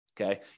Okay